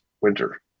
winter